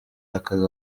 akazi